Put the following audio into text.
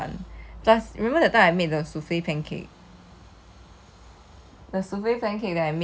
and the counter is so clear 我们家的 counter 都没有什么 space 给我做 the cooking that I want